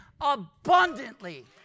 abundantly